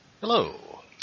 Hello